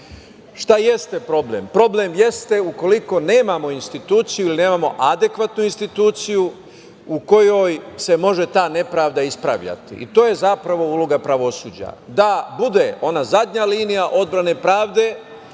šta jeste problem? Problem jeste ukoliko nemamo instituciju ili nemamo adekvatnu instituciju u kojoj se može ta nepravda ispravljati i to je zapravo uloga pravosuđa, da bude ona zadnja linija odbrane pravde,